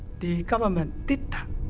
the government did that.